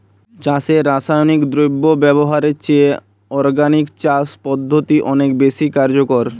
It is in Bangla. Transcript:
চাষে রাসায়নিক দ্রব্য ব্যবহারের চেয়ে অর্গানিক চাষ পদ্ধতি অনেক বেশি কার্যকর